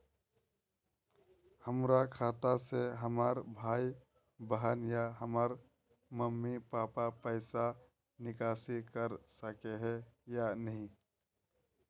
हमरा खाता से हमर भाई बहन या हमर मम्मी पापा पैसा निकासी कर सके है या नहीं?